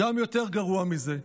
גם יותר גרוע מזה.